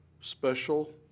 special